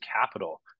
capital